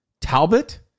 Talbot